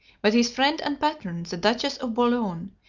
but his friend and patron, the duchess of bouillon,